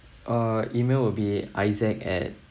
uh email will be isaac at